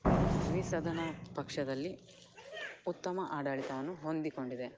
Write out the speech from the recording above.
ದ್ವಿ ಸದನ ಪಕ್ಷದಲ್ಲಿ ಉತ್ತಮ ಆಡಳಿತವನ್ನು ಹೊಂದಿಕೊಂಡಿದೆ